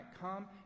come